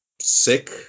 sick